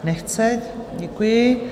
Nechce, děkuji.